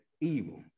evil